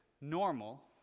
normal